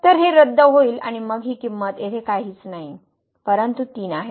तर हे रद्द होईल आणि मग ही किंमत येथे काहीच नाही परंतु 3 आहे